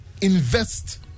invest